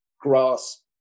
grasp